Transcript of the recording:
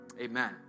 Amen